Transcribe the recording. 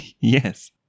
Yes